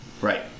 Right